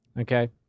Okay